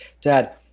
Dad